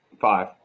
Five